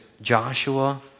Joshua